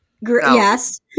Yes